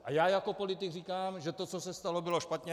A já jako politik říkám, že to, co se stalo, bylo špatně.